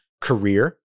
career